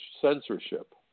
Censorship